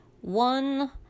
One